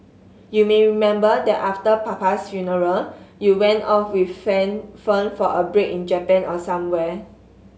you may remember that after papa's funeral you went off with Fern Fern for a break in Japan or somewhere